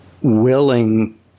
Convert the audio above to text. willing